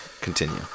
continue